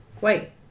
Wait